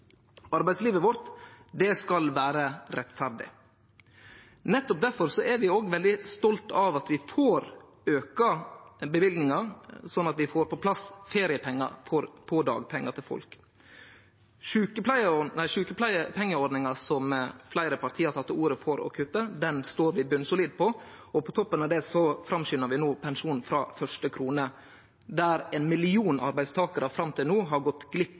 Arbeidslivet vårt skal vere rettferdig. Nettopp difor er vi veldig stolte av at vi får auka løyvinga, sånn at vi får på plass feriepengar på dagpengane til folk. Sjukepengeordninga, som fleire parti har teke til orde for å kutte, står vi svært solid på. På toppen av det framskundar vi pensjon frå første krone, der ein million arbeidstakarar fram til no har gått glipp